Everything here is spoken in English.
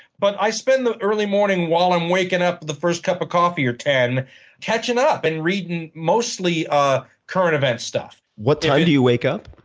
but i spend the early morning while i'm waking up with the first cup of coffee or ten cathing up and reading mostly ah current events stuff. what time do you wake up?